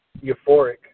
euphoric